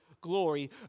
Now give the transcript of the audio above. glory